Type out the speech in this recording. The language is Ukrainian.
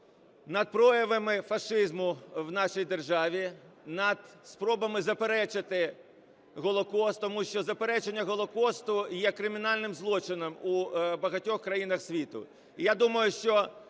над проявами фашизму в нашій державі, над спробами заперечити Голокост. Тому що заперечення Голокосту є кримінальним злочином у багатьох країнах світу.